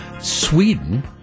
Sweden